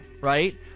right